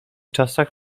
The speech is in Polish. czasach